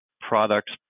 products